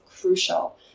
crucial